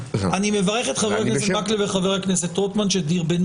אני מברך את חבר הכנסת מקלב וחבר הכנסת רוטמן שדירבנו